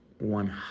One